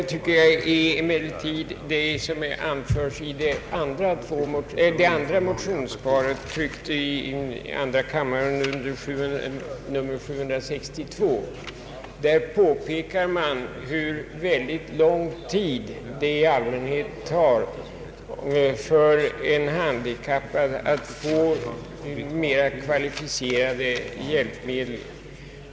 Ännu viktigare är emellertid det som anförs i det andra motionsparet, tryckt i andra kammaren under nr 762. Där påpekar man att det i allmänhet tar mycket lång tid för en handikappad att få mer kvalificerade hjälpmedel.